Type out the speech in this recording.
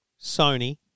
Sony